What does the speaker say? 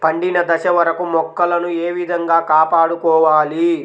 పండిన దశ వరకు మొక్కలను ఏ విధంగా కాపాడుకోవాలి?